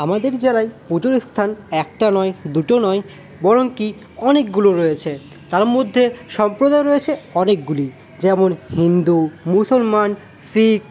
আমাদের জেলায় পুজোর স্থান একটা নয় দুটো নয় বরং কি অনেকগুলো রয়েছে তার মধ্যে সম্প্রদায় রয়েছে অনেকগুলি যেমন হিন্দু মুসলমান শিখ